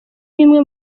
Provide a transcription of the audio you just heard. bimwe